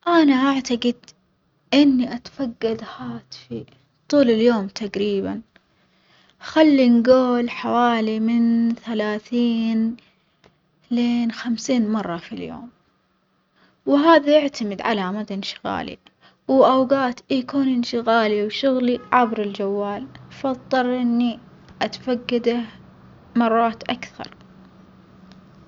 أنا أعتجد إني أتفجد هاتفي طول اليوم تقريبًا، خلي نقول حوالي من ثلاثين لين خمسين مرة في اليوم، وهذا يعتمد على مدى إنشغالي، وأوجات يكون إنشغالي وشغلي عبر الجوال فأظطر إني أتفجده مرات أكثر